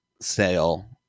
sale